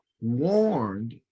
warned